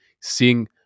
seeing